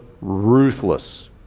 ruthless